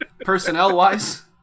personnel-wise